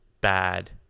bad